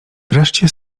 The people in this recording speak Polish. wreszcie